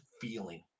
feeling